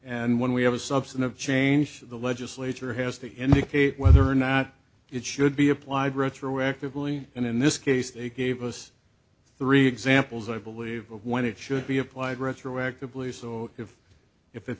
and when we have a substantive change the legislature has to indicate whether or not it should be applied retroactively and in this case it gave us three examples i believe when it should be applied retroactively so if i